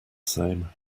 same